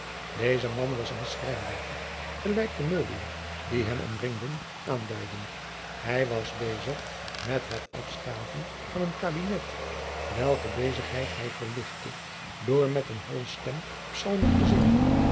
deze man was een schrijnwerker gelijk de meubelen die hem omringden aanduidden hij was bezig met het afschaven van een kabinet welke bezigheid hij verlichtte door met eene holle stem psalmen te zingen